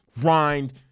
grind